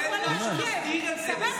אבל אין דף שמסדיר את זה.